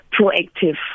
proactive